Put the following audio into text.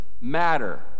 matter